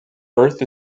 earth